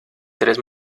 tres